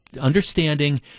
understanding